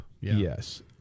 Yes